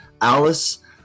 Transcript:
Alice